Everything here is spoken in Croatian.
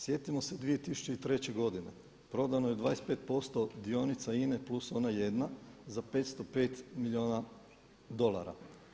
Sjetimo se 2003. godine, prodano je 25% dionica INA-e plus ona jedna za 505 milijuna dolara.